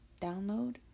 download